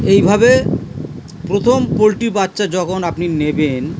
এইভাবে প্রথম পোলট্রি বাচ্চা যখন আপনি নেবেন